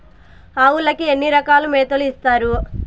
ఆవులకి ఎన్ని రకాల మేతలు ఇస్తారు?